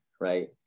right